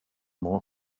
more